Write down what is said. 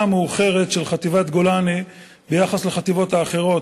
המאוחרת של חטיבת גולני ביחס לחטיבות האחרות,